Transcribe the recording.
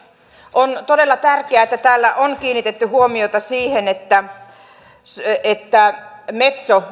on todella tärkeää että täällä on kiinnitetty huomiota siihen että metso